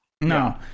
No